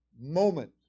moment